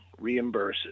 reimburses